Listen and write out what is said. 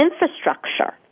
infrastructure